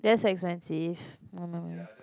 that's expensive oh no